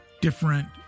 different